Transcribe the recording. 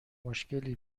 مشکلی